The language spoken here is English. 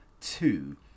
two